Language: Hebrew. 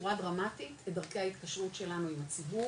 בצורה דרמטית את דרכי ההתקשרות שלנו עם הציבור,